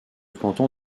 canton